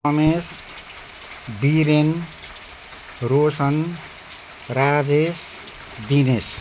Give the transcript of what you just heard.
Ramesh Biren Roshan Rajesh Dinesh